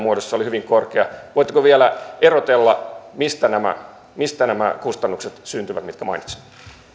muodossa oli hyvin korkea voitteko vielä erotella mistä nämä mistä nämä kustannukset mitkä mainitsitte